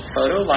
Photo